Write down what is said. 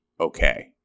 okay